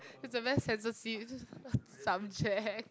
it's a very sensitive subject